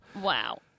Wow